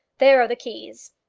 there are the keys.